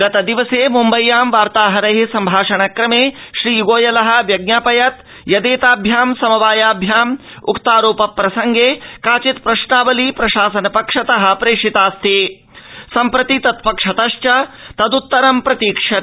ह्यो मुम्बय्यां वार्ताहैरः संभाषण क्रमे श्रीगोयलः व्यज्ञापयत् यदेताभ्यां समवायाभ्याम् उक्तारोप प्रसंगे काचित् प्रश्नावली प्रशासन पक्षतः प्रेषिताऽस्ति सम्प्रति तत्पक्षतस्तद्तरं च प्रतीक्ष्यते